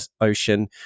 Ocean